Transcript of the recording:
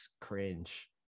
Cringe